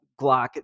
glock